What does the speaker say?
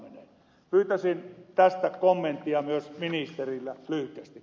pyytäisin myös tästä kommenttia ministeriltä lyhyesti